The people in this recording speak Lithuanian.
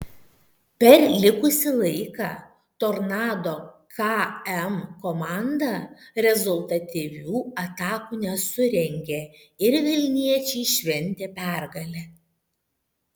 per likusį laiką tornado km komanda rezultatyvių atakų nesurengė ir vilniečiai šventė pergalę